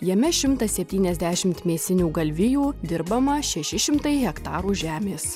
jame šimtas septyniasdešimt mėsinių galvijų dirbama šeši šimtai hektarų žemės